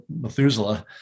Methuselah